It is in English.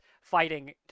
fighting